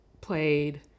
played